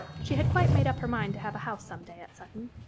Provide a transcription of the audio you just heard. she had quite made up her mind to have a house, some day, at sutton.